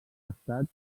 estat